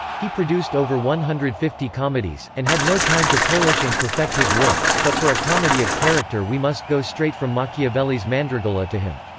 he produced over one hundred and fifty comedies, and had no time to polish and perfect his works but for a comedy of character we must go straight from machiavelli's mandragola to him.